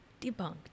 debunked